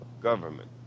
government